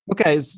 okay